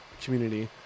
community